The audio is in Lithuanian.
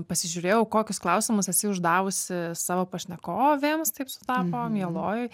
pasižiūrėjau kokius klausimus esi uždavusi savo pašnekovėms taip sutapo mielojoj